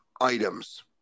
items